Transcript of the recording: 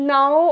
Now